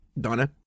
Donna